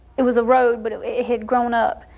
it was a road, but it had grown up.